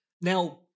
Now